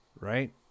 Right